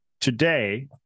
today